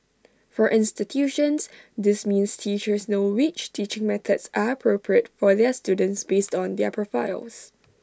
for institutions this means teachers know which teaching methods are appropriate for their students based on their profiles